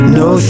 no